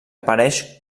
apareix